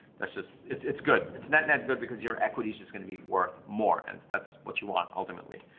that's just it's it's good. it's net net good, because your equity is just gonna be worth more, and that's what you want ultimately.